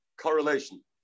correlation